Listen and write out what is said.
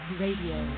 radio